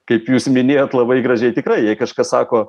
kaip jūs minėjot labai gražiai tikra jei kažkas sako